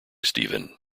stephen